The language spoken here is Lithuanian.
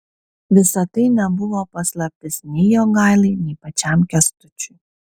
visa tai nebuvo paslaptis nei jogailai nei pačiam kęstučiui